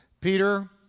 Peter